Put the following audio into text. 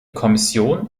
kommission